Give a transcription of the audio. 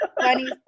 funny